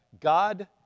God